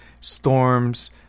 storms